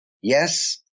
yes